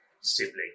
sibling